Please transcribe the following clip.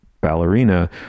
ballerina